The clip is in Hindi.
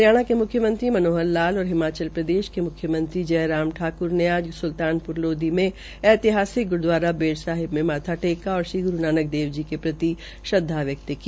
हरियाणा के म्ख्यमंत्री मनोहर लाल और हिमाचल प्रदेश के म्ख्यमंत्री जयराम ठाक्र ने आज सुल्तानपुर लोधी मे ऐतिहासिक ग्रूदवारा बेर साहिब में माथा टेका और श्री ग्रू नानक देव जी के प्रति श्रदवा व्यक्त की